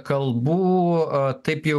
kalbų o taip jau